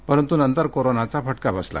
परंतु नंतर कोरोनाचा फटका बसला